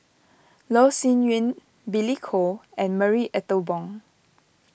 Loh Sin Yun Billy Koh and Marie Ethel Bong